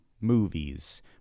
movies